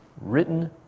written